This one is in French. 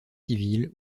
civiles